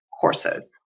courses